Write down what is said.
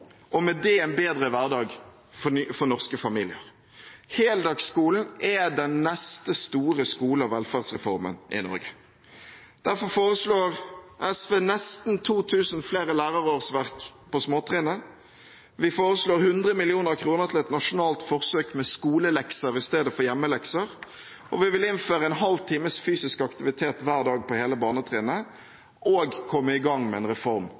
og med det en bedre hverdag for norske familier – heldagsskolen er den neste store skole- og velferdsreformen i Norge. Derfor foreslår SV nesten 2 000 flere lærerårsverk på småtrinnet. Vi foreslår 100 mill. kr til et nasjonalt forsøk med skolelekser i stedet for hjemmelekser. Og vi vil innføre en halv times fysisk aktivitet hver dag på hele barnetrinnet og komme i gang med en reform